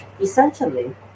essentially